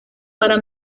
para